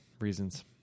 reasons